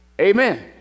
Amen